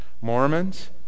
Mormons